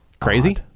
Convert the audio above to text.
crazy